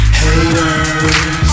haters